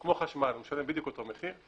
כמו חשמל, הוא משלם בדיוק אותו מחיר.